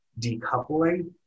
decoupling